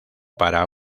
para